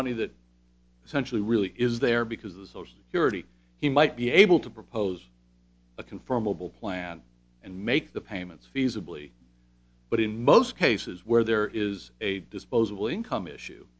money that essentially really is there because the social security he might be able to propose a confirmable plan and make the payments feasibly but in most cases where there is a disposable income issue